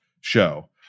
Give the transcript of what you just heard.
show